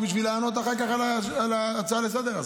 בשביל לענות אחר כך על ההצעה הזאת לסדר-היום.